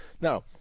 Now